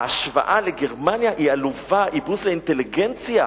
ההשוואה לגרמניה היא עלובה, היא בוז לאינטליגנציה,